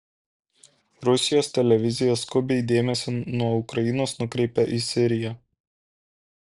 rusijos televizija skubiai dėmesį nuo ukrainos nukreipia į siriją